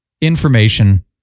information